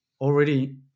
already